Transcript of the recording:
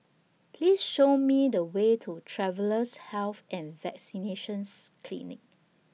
Please Show Me The Way to Travellers' Health and Vaccinations Clinic